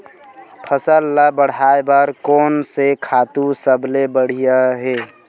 फसल ला बढ़ाए बर कोन से खातु सबले बढ़िया हे?